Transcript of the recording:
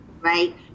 Right